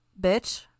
Bitch